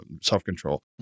self-control